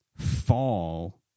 fall